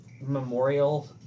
Memorial